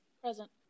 present